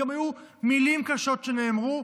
והיו גם מילים קשות שנאמרו,